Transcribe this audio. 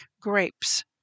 grapes